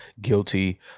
guilty